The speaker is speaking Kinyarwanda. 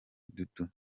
dudu